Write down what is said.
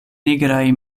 nigraj